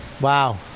Wow